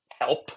help